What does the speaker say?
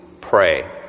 pray